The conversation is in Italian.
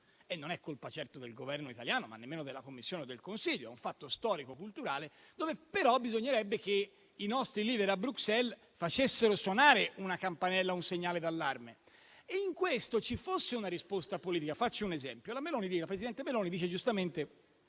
Non è certo colpa del Governo italiano, ma nemmeno della Commissione o del Consiglio: è un fatto storico-culturale, dove però bisognerebbe che i nostri *leader* a Bruxelles facessero suonare una campanella o un segnale d'allarme e in questo ci fosse una risposta politica. Faccio un esempio: la presidente Meloni dice giustamente